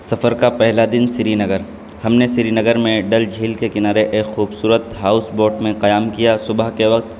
سفر کا پہلا دن سری نگر ہم نے سری نگر میں ڈل جھیل کے کنارے ایک خوبصورت ہاؤس بوٹ میں قیام کیا صبح کے وقت